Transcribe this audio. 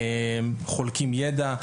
חולקים ידע,